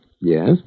Yes